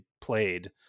played